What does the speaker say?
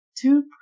two